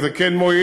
וזה כן מועיל,